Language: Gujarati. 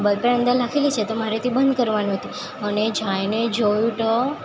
બોલપેન અંદર નાખેલી છે તો મારે તે બંધ કરવાનું હતું અને જઈને જોયું તો